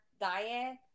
diet